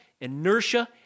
inertia